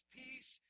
peace